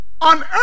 on